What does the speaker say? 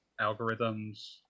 algorithms